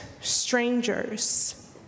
strangers